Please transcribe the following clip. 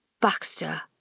Baxter